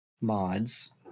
mods